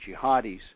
jihadis